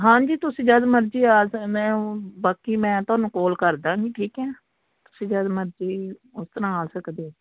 ਹਾਂਜੀ ਤੁਸੀਂ ਜਦ ਮਰਜੀ ਆ ਜਾਣਾ ਮੈਂ ਉਂ ਬਾਕੀ ਮੈਂ ਤੁਹਾਨੂੰ ਕੋਲ ਕਰ ਦਾਂਗੀ ਠੀਕ ਹੈ ਤੁਸੀਂ ਜਦੋਂ ਮਰਜੀ ਆਪਣਾ ਆ ਸਕਦੇ ਹੋ